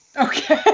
okay